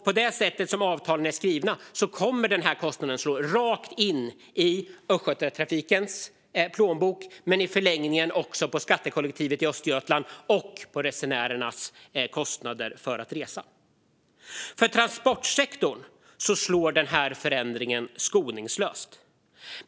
På det sätt som avtalen är skrivna kommer kostnaden att slå rakt in i Östgötatrafikens plånbok, i förlängningen för skattekollektivet i Östergötland och för resenärernas kostnader för att resa. Mot transportsektorn slår förändringen skoningslöst.